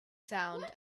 sound